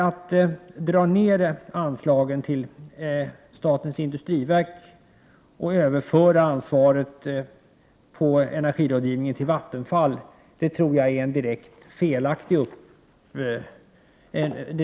Att minska anslagen till statens industriverk och överföra ansvaret beträffande energirådgivningen till Vattenfall tror jag är en direkt felaktig åtgärd.